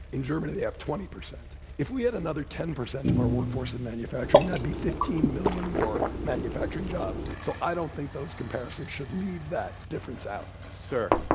in germany they have twenty percent. if we had another ten percent of our work force in manufacturing that'd be fifteen million more manufacturing jobs so i don't think those comparisons should leave that difference out. sir.